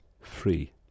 free